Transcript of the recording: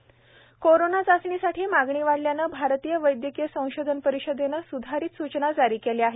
RTPCR corona चाचणीसाठी मागणी वाढल्यानं भारतीय वैद्यकीय संशोधन परिषदेनं सुधारित सूचना जारी केल्या आहेत